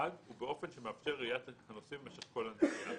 ובאופן שמאפשר ראיית הנוסעים במשך כל הנסיעה.